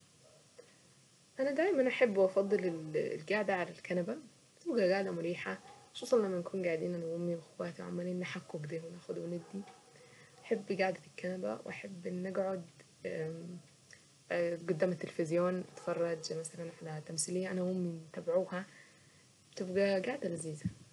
انا دايما احب وافضل القعدة على الكنبة بتبقى قاعدة مريحة خصوصا لما نكون قاعدين انا وامي واخواتي عمالين نحكوا كده وناخد وندي بحب قعدة الكنبة واحب اني اقعد قدام التلفزيون اتفرج مثلا احنا تمثيلية انا وامي بنتبعوها بتبقى لذيذة.